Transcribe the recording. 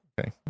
Okay